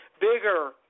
bigger